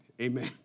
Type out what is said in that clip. Amen